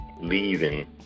leaving